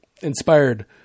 inspired